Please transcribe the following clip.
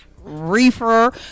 reefer